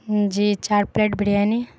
ہوں جی چار پلیٹ بریانی